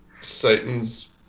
Satan's